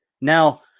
Now